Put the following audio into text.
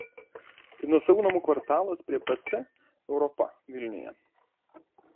tai nuosavų namų kvartalas prie pc europa vilniuje